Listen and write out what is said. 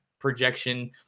projection